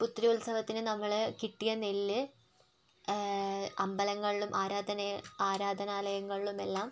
പുത്തരി ഉത്സവത്തിന് നമ്മൾ കിട്ടിയ നെല്ല് അമ്പലങ്ങളിലും ആരാധന ആരാധനയാലങ്ങളിലും എല്ലാം